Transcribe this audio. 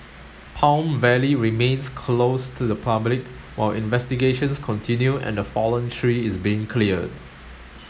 Palm Valley remains closed to the public while investigations continue and the fallen tree is being cleared